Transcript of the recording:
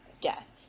death